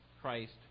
Christ